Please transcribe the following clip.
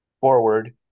forward